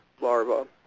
larva